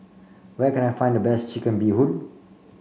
where can I find the best Chicken Bee Hoon